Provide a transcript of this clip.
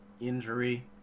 injury